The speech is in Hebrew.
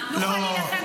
נוכל להילחם עבור כולם.